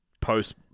post